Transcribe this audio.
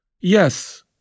Yes